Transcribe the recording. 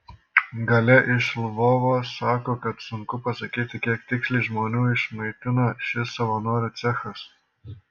galia iš lvovo sako kad sunku pasakyti kiek tiksliai žmonių išmaitina šis savanorių cechas